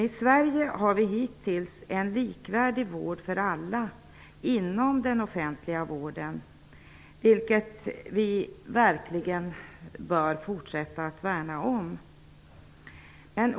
I Sverige har den offentliga vården hittills varit likvärdig för alla, vilket vi verkligen bör fortsätta att värna om.